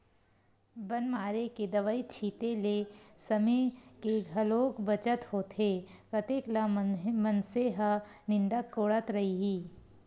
बन मारे के दवई छिते ले समे के घलोक बचत होथे कतेक ल मनसे ह निंदत कोड़त रइही